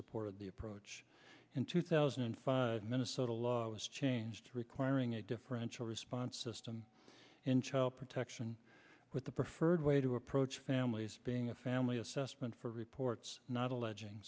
supported the approach in two thousand and five minnesota laws changed requiring a differential response system in child protection with the preferred way to approach families being a family assessment for reports not alleging